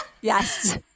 Yes